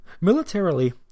Militarily